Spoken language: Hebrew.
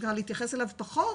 להתייחס אליו פחות